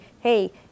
hey